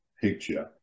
picture